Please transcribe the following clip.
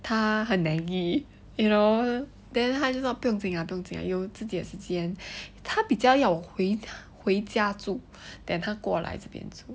他很 naggy you know then 他就说不用紧有自己的时间他比较要我回回家住 than 他过来这边